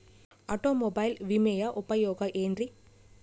Automobile ವಿಮೆಯ ಉಪಯೋಗ ಏನ್ರೀ?